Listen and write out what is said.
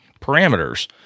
parameters